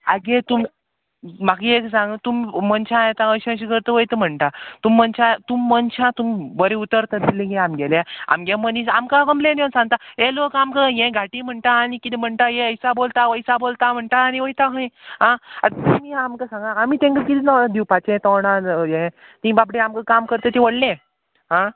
आगे तुम म्हाका एक सांग तुमी मनशां येता अशें अशें करता वयता म्हणटा तुम मनशां तुम मनशां तुम बरें उतर तरी दिलां गे आमगेल्या आमगे मनीस आमकां कंप्लेन येवन सांगता हे लोक आमकां हें घांटी म्हणटा आनी किदें म्हणटा ये एैसा बोलता वैसा बोलता म्हणटा आनी वयता खंय आं आतां तुमी आमकां सांगा आमी तेंका किदें दिवपाचें तोंडान हें तीं बाबडी आमकां काम करता तें व्हडलें आं